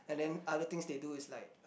and then other things they do is like